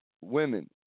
women